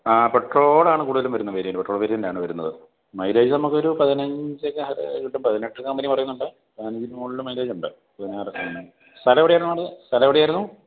ആ പെട്രോളാണ് കൂടുതലും വരുന്നത് വേരിയൻറ് പെട്രോൾ വേരിയൻറ് ആണ് വരുന്നത് മൈലേജ് നമുക്കൊരു പതിനഞ്ചൊക്കെ കിട്ടും പതിനെട്ടാണ് കമ്പനി പറയുന്നുണ്ട് പതിനഞ്ചിന് മുകളിൽ മൈലേജുണ്ട് പതിനാറ് സ്ഥലം എവിടെയാണ് പറഞ്ഞത് സ്ഥലം എവിടെയായിരുന്നു